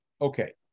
Okay